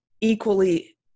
equally